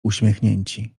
uśmiechnięci